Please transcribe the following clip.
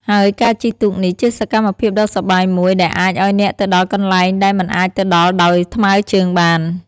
ហើយការជិះទូកនេះជាសកម្មភាពដ៏សប្បាយមួយដែលអាចឲ្យអ្នកទៅដល់កន្លែងដែលមិនអាចទៅដល់ដោយថ្មើរជើងបាន។